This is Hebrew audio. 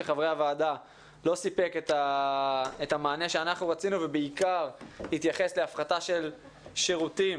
הוא לא סיפק את המענה שרצינו ובעיקר התייחס להפחתה של שירותים